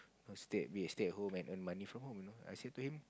err stay be stay at home and earn money from home you know I said to him